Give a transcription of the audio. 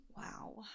Wow